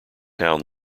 town